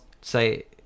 say